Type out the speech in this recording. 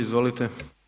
Izvolite.